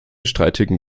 streitigen